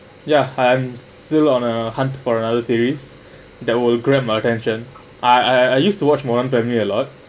ya I am still on a hunt for another series that will grab my attention I I I used to watch a lot